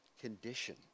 condition